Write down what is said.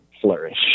flourish